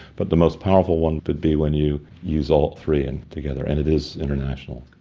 but the most powerful one could be when you use all three and together. and it is international.